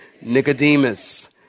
Nicodemus